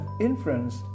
inference